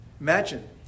Imagine